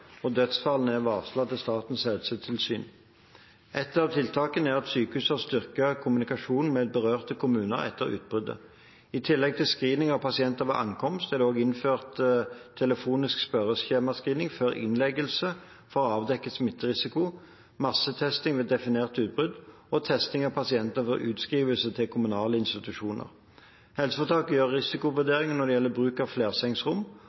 og dødsfallene er varslet til Statens helsetilsyn. Et av tiltakene er at sykehuset har styrket kommunikasjonen med berørte kommuner etter utbruddet. I tillegg til screening av pasienter ved ankomst er det også innført telefonisk spørreskjemascreening før innleggelse for å avdekke smitterisiko, massetesting ved definerte utbrudd og testing av pasienter før utskrivelse til kommunale institusjoner. Helseforetaket gjør risikovurderinger når det gjelder bruk av flersengsrom